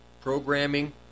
programming